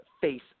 face